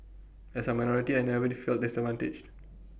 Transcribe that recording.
as A minority I never the felt disadvantaged